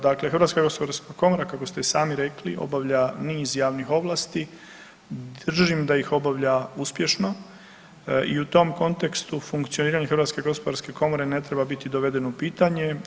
Dakle, HGK kako ste i sami rekli obavlja niz javnih ovlasti, držim da ih obavlja uspješno i u tom kontekstu funkcioniranje HGK ne treba biti dovedeno u pitanje.